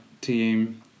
team